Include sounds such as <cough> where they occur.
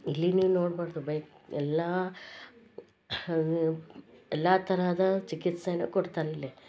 ಇಲ್ಲಿ ನೀವು ನೋಡ್ಬಾರ್ದು ಬೈಕ್ ಎಲ್ಲ <unintelligible> ಎಲ್ಲ ತರಹದ ಚಿಕಿತ್ಸೆನೂ ಕೊಡ್ತಾರೆ ಇಲ್ಲಿ